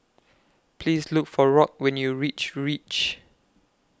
Please Look For Rock when YOU REACH REACH